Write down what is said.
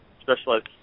Specialized